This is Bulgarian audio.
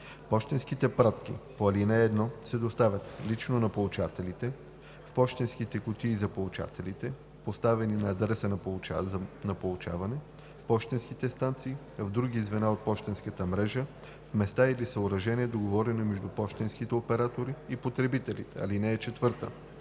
Пощенските пратки по ал. 1 се доставят: лично на получателите; в пощенските кутии на получателите, поставени на адреса на получаване; в пощенските станции; в други звена от пощенската мрежа; в места или съоръжения, договорени между пощенските оператори и потребителите. (4)